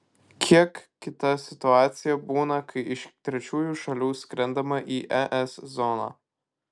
kiek kita situacija būna kai iš trečiųjų šalių skrendama į es zoną